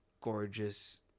gorgeous